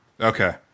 Okay